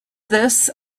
this